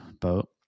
boat